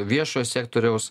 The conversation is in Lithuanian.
viešojo sektoriaus